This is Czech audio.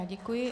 Děkuji.